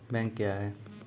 Bank क्या हैं?